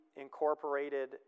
incorporated